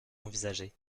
envisagés